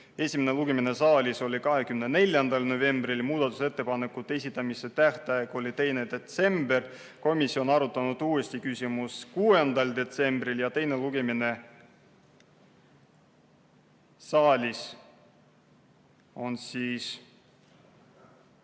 Esimene lugemine saalis oli 24. novembril ja muudatusettepanekute esitamise tähtaeg oli 2. detsember. Komisjon arutas uuesti küsimust 6. detsembril ja teine lugemine saalis on 13.